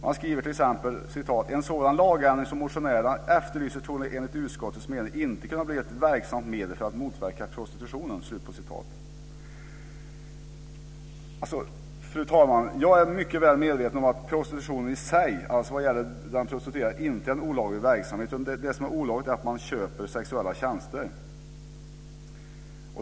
Man skriver t.ex.: En sådan lagändring som motionärerna efterlyser torde enligt utskottets mening inte bli ett verksamt medel för att motverka prostitutionen. Fru talman! Jag är mycket väl medveten om att prostitution i sig inte är olaglig verksamhet. Det som är olagligt är att köpa sexuella tjänster.